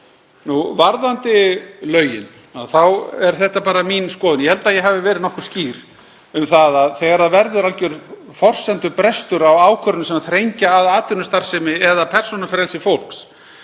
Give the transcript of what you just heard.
Varðandi lögin þá er þetta bara mín skoðun. Ég held að ég hafi verið nokkuð skýr um það að þegar verður alger forsendubrestur á ákvörðunum sem þrengja að atvinnustarfsemi eða persónufrelsi fólks